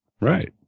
Right